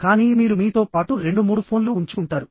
కానీ మీరు మీతో పాటు రెండు మూడు ఫోన్లు ఉంచుకుంటారు